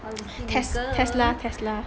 test tesla tesla